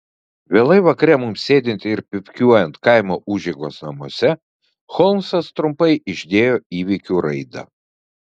vėlai vakare mums sėdint ir pypkiuojant kaimo užeigos namuose holmsas trumpai išdėjo įvykių raidą